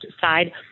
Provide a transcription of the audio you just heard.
side